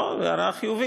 לא, הערה חיובית.